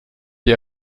die